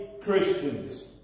Christians